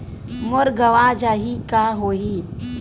मोर गंवा जाहि का होही?